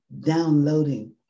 downloading